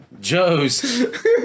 Joe's